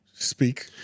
Speak